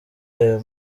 ayo